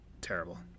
terrible